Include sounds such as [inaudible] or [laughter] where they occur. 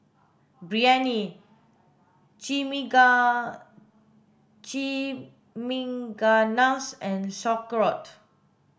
Biryani [unintelligible] Chimichangas and Sauerkraut